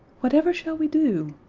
whatever shall we do?